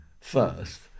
first